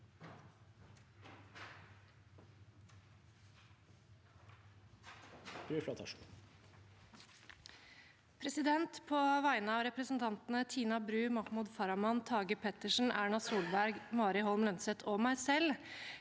På vegne av repre- sentantene Tina Bru, Mahmoud Farahmand, Tage Pettersen, Erna Solberg, Mari Holm Lønseth og meg selv